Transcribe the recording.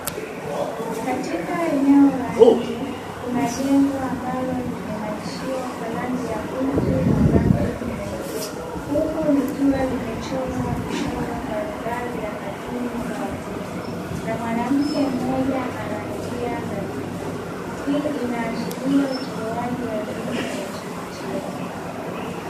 Katika eneo la nje kuna jengo ambalo limenakshiwa kwa rangi ya pinki na rangi nyeupe, huku likiwa limechorwa michoro mbalimbali ya katuni za watoto, na mwanamke mmoja anaingia ndani humo. Hii inaashiria utolewaji wa elimu ya chekechea.